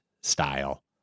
style